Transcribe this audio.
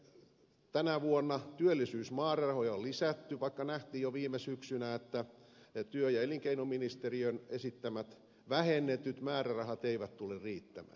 mutta esimerkiksi tänä vuonna työllisyysmäärärahoja on lisätty vaikka nähtiin jo viime syksynä että työ ja elinkeinoministeriön esittämät vähennetyt määrärahat eivät tule riittämään